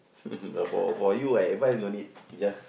but for for you I advise no need just